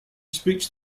speaks